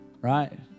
right